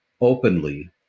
openly